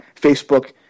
Facebook